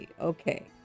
okay